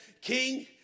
king